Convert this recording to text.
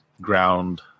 ground